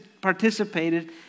participated